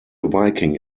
viking